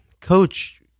coach